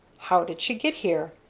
how did she get here?